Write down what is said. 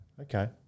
Okay